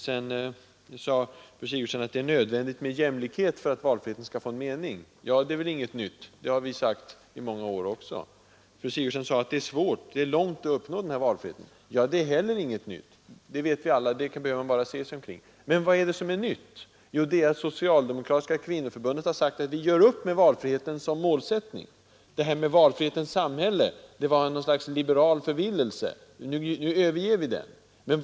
Sedan sade fru Sigurdsen att det är nödvändigt med jämlikhet för att valfriheten skall få en mening. Det är väl inget nytt. Det har vi också sagt i många år. Fru Sigurdsen sade att det är svårt att skapa denna valfrihet, och lång väg dit. Det är heller inget nytt. Det vet vi alla — man behöver bara se sig omkring. Vad är det som är nytt? Jo, det är att Socialdemokratiska kvinnoförbundet har sagt: Vi ger upp valfriheten som målsättning. Detta med valfrihetens samhälle var ett slags liberal förvillelse — nu överger vi den.